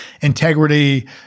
Integrity